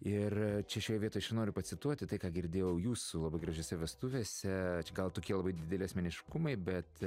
ir čia šioje vietoj aš ir noriu pacituoti tai ką girdėjau jūsų labai gražiose vestuvėse gal tokie dideli asmeniškumai bet